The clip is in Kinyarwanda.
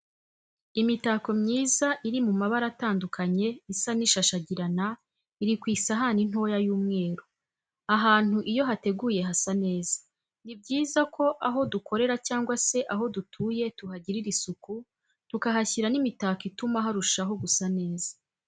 Imitako myiza iri mu mabara atandukanye isa n'ishashagirana iri ku isahani ntoya y'umweru, ahantu iyo hateguye hasa neza, ni byiza ko aho dukorera cyangwa se aho dutuye tuhagirira isuku tukahashyira n'imitako ituma harushaho gusa neza.